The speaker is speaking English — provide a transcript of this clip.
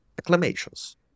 acclamations